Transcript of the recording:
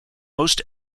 most